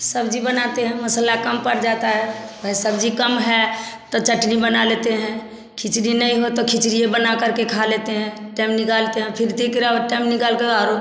सब्जी बनाते हैं मसाला कम पड़ जाता है भाई सब्जी कम है तो चटनी बना लेते हैं खिचड़ी नहीं है तो खिचड़ी ही बनाकर खा लेते हैं टाइम निकाल कर फिर देख रहे टाइम निकाल के